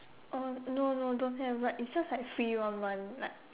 oh no no don't have but is just like free one month like